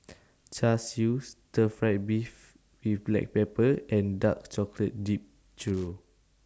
Char Siu Stir Fried Beef with Black Pepper and Dark Chocolate Dipped Churro